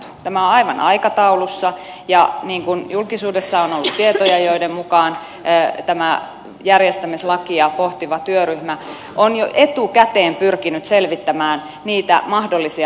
tämä on aivan aikataulussa ja niin kuin julkisuudessa on ollut tietoja tämä järjestämislakia pohtiva työryhmä on jo etukäteen pyrkinyt selvittämään niitä mahdollisia ongelmakohtia